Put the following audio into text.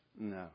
No